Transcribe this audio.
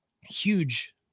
huge